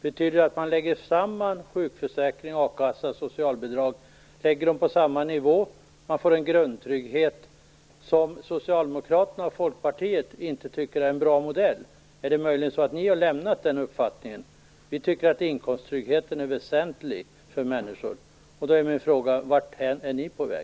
Betyder det att man lägger samman sjukförsäkring, a-kassa och socialbidrag på samma nivå för att få den grundtrygghet som Socialdemokraterna och Folkpartiet inte tycker är en bra modell? Eller är det möjligen så att ni har ändrat uppfattning? Vi tycker att inkomsttryggheten är väsentlig för människor. Vart är ni på väg?